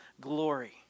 glory